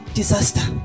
disaster